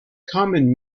common